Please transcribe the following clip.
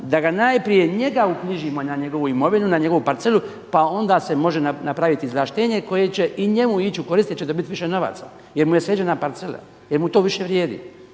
da najprije njega uknjižimo na njegovu imovinu na njegovu parcelu pa onda se može napraviti izvlaštenje koje će i njemu ići u korist jer će dobiti više novaca jer mu je sređena parcela jer mu to više vrijedi.